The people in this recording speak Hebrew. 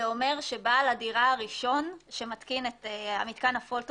זה אומר שבעל הדירה הראשון שמתקין את המתקן הפוטו